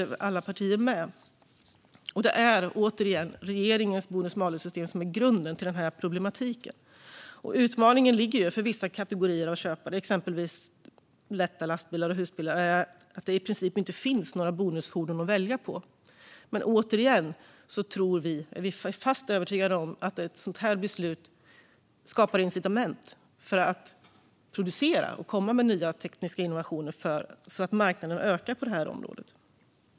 Grunden för problematiken är återigen regeringens bonus-malus-system. Utmaningen för vissa kategorier av köpare, exempelvis av lätta lastbilar och husbilar, är att det i princip inte finns några bonusfordon att välja på. Återigen är vi fast övertygade om att ett sådant här beslut skapar incitament för att producera och komma med nya tekniska innovationer så att marknaden ökar på detta område.